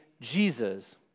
Jesus